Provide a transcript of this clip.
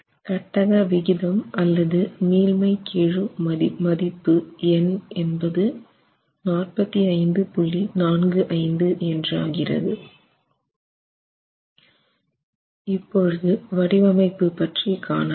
கட்டக விகிதம்மீள்மைக் கெழு மதிப்பு இப்பொழுது வடிவமைப்பு பற்றி காணலாம்